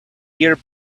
year